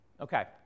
Okay